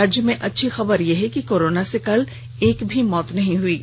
राज्य में अच्छी खबर यह है कि कोरोना से कल एक भी मौत नहीं हुई है